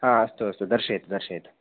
हा अस्तु अस्तु दर्शयतु दर्शयतु